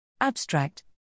Abstract